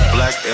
Black